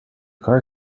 car